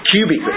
Cubic